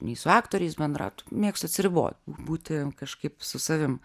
nei su aktoriais bendraut mėgstu atsiribot būti kažkaip su savim